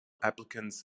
applicants